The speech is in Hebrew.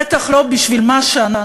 בטח לא על מה שאנחנו,